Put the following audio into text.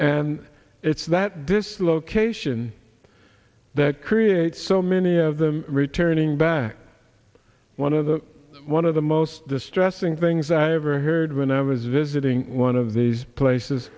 and it's that this location that creates so many of them returning back one of the one of the most distressing things i ever heard when i was visiting one of these places